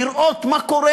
לראות מה קורה,